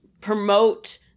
promote